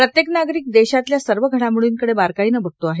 प्रत्येक नागरिक देशातल्या सर्व घडामोडींकडे बारकाईने बघतो आहे